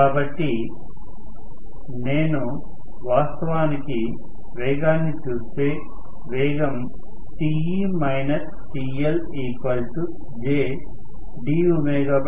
కాబట్టి నేను వాస్తవానికి వేగాన్ని చూస్తే వేగం Te TL Jddt